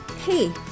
Hey